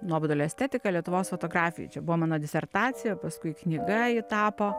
nuobodulio estetika lietuvos fotografijoj čia buvo mano disertacija paskui knyga ji tapo